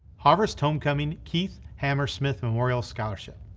harvest homecoming keith hammersmith memorial scholarship.